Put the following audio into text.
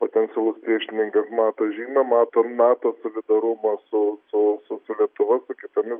potencialus priešininkas mato žymę mato nato solidarumą su su su lietuva su kitomis